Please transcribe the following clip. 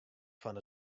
fan